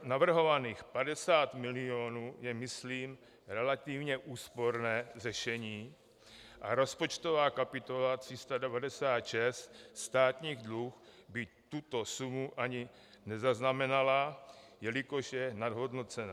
Navrhovaných 50 mil. je myslím relativně úsporné řešení a rozpočtová kapitola 396 Státní dluh by tuto sumu ani nezaznamenala, jelikož je nadhodnocena.